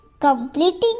completing